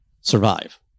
survive